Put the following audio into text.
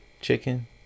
chicken